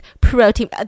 protein